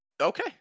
okay